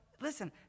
listen